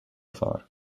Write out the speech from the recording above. far